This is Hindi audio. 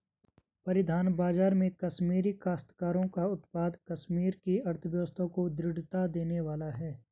परिधान बाजार में कश्मीरी काश्तकारों का उत्पाद कश्मीर की अर्थव्यवस्था को दृढ़ता देने वाला है